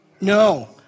No